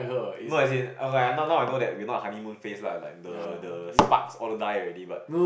no as in I now now I know that we not honeymoon phase lah like the the sparks all died already but